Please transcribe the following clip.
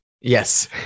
Yes